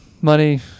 Money